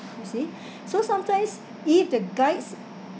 you see so sometimes if the guides